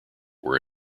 were